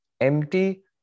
empty